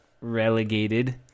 relegated